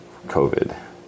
covid